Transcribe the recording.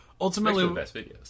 Ultimately